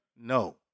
no